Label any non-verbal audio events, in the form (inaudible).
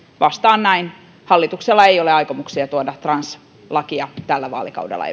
vastaan näin hallituksella ei ole aikomuksia tuoda translakia tällä vaalikaudella (unintelligible)